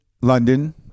London